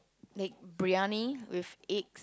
like briyani with egg